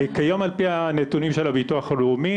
כיום על פי הנתונים של הביטוח הלאומי,